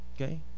okay